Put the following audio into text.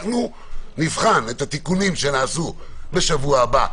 אנחנו נבחן את התיקונים שנעשו בשבוע הבא,